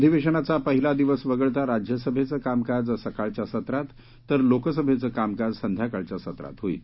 अधिवेशनाचा पहिला दिवस वगळता राज्यसभेचं कामकाज सकाळच्या सत्रात तर लोकसभेचं कामकाज संध्याकाळच्या सत्रात होईल